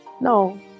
No